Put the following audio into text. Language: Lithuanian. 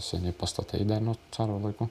seni pastatai dar nuo caro laikų